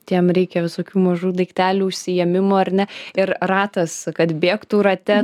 tai jiem reikia visokių mažų daiktelių užsiėmimų ar ne ir ratas kad bėgtų rate